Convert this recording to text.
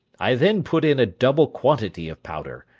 i then put in a double quantity of powder,